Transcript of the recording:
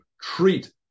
treat